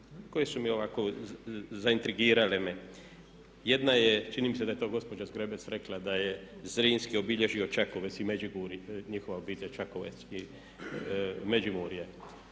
koje su mi ovako, zaintrigirale me. Jedna je, čini mi se da je to gospođa Zgrebec rekla da je Zrinski obilježio Čakovec i Međimurje, njihova obitelj Čakovec i Međimurje.